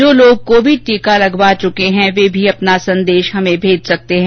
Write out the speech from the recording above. जो लोग कोविड टीका लगवा चूके हैं वे भी अपना संदेश भेज सकते हैं